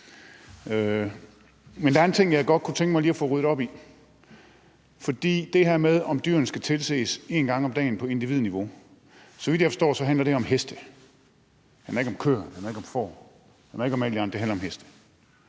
Men der er en ting, jeg godt kunne tænke mig lige at få ryddet op i, for det her med, om dyrene skal tilses en gang om dagen på individniveau, handler om heste, så vidt jeg forstår – det handler ikke om køer, det handler ikke om får, det handler ikke om alle de andre dyr, det handler om heste.